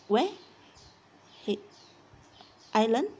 where he ireland